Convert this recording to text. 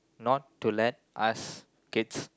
not to let us kids